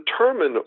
determine